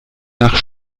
nach